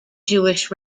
jewish